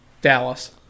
Dallas